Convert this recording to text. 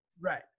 Right